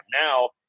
Now